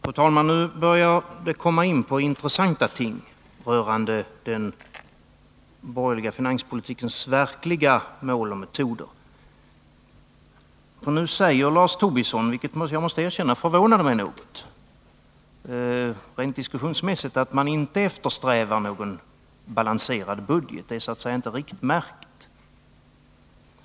Fru talman! Nu börjar vi komma in på intressanta ting rörande den borgerliga finanspolitikens verkliga mål och metoder. Nu säger Lars Tobisson — vilket jag måste säga förvånade mig något, rent diskussionsmässigt — att man inte eftersträvar någon balanserad budget. Det betyder att den så att säga inte är riktmärke.